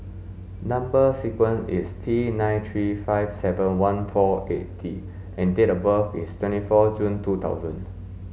number sequence is T nine three five seven one four eight D and date of birth is twenty four June two thousand